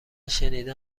شنیده